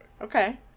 Okay